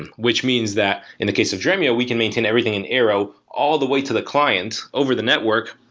and which means that in the case of dremio, we can maintain everything in arrow all the way to the client over the network,